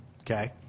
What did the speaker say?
okay